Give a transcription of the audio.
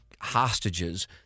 hostages